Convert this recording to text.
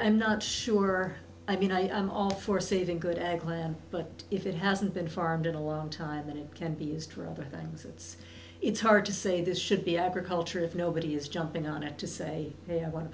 i'm not sure i mean i am all for saving good eggplant but if it hasn't been farmed in a long time then it can be used for other things since it's hard to say this should be agriculture if nobody is jumping on it to say you know i want to